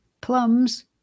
plums